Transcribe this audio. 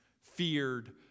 feared